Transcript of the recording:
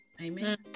Amen